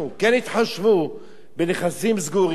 כן התחשבו בנכסים סגורים,